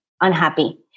unhappy